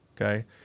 Okay